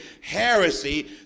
heresy